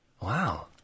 Wow